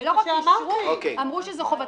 ולא רק אישרו אלא אמרו שזה חובתכם.